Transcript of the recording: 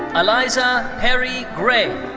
aliza perry gray.